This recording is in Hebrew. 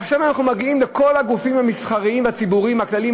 ועכשיו אנחנו מגיעים לכל הגופים המסחריים והציבוריים הכלליים,